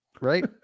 right